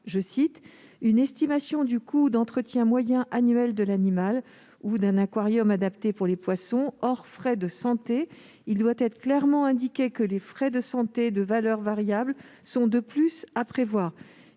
déjà « une estimation du coût d'entretien moyen annuel de l'animal ou d'un aquarium adapté pour les poissons, hors frais de santé. Il doit être clairement indiqué que des frais de santé, de valeur variable, sont de plus à prévoir. »